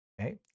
okay